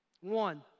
One